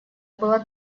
было